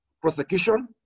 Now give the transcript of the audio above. prosecution